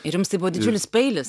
ir jums tai buvo didžiulis peilis